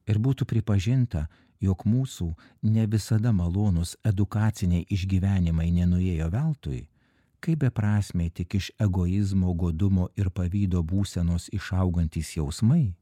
ir būtų pripažinta jog mūsų ne visada malonūs edukaciniai išgyvenimai nenuėjo veltui kaip beprasmiai tik iš egoizmo godumo ir pavydo būsenos išaugantys jausmai